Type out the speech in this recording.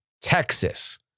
Texas